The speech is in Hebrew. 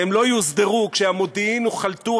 והם לא יוסדרו כשהמודיעין הוא חלטורה